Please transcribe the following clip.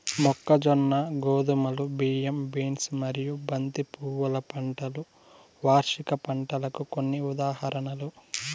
మొక్కజొన్న, గోధుమలు, బియ్యం, బీన్స్ మరియు బంతి పువ్వుల పంటలు వార్షిక పంటలకు కొన్ని ఉదాహరణలు